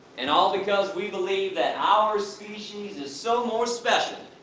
and all because we believe that our species is so more special,